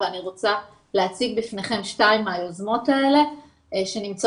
ואני רוצה להציג בפניכם שתיים מהיוזמות האלה שנמצאות